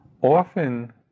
Often